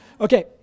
Okay